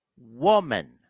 woman